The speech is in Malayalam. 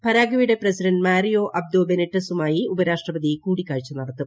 പരാഗ്വേയുടെ പ്രസിഡ്ന്റ് മാരിയോ അബ്ദോ ബെനിറ്റെസുമായി ഉപരാഷ്ട്രപ്പതി കൂടിക്കാഴ്ച നടത്തും